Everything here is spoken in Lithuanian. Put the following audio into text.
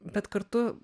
bet kartu